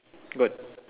got